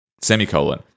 Semicolon